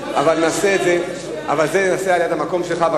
אבל את זה נעשה על יד המקום שלך.